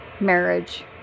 marriage